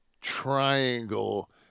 triangle